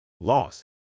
loss